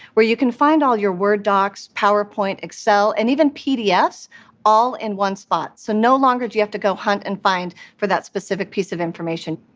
where you can find all your word docs, powerpoint, excel, and even pdfs all in one spot. so no longer do you have to go hunt and find for that specific piece of information.